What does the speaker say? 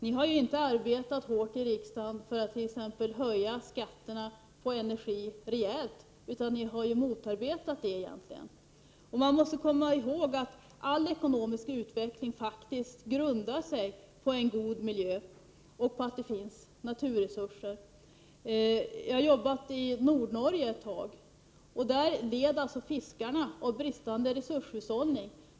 Ni har ju t.ex. inte arbetat hårt i riksdagen för att höja skatterna på energi rejält, utan ni har egentligen motarbetat det. Man måste komma ihåg att all ekonomisk utveckling grundar sig på en god miljö och på att det finns naturresurser. Jag har arbetat i Nordnorge en period. Där led fiskarna av bristande resurshushållning.